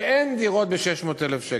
שאין דירות ב-600,000 שקל.